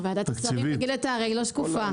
תגיד אתה, הרי היא לא שקופה.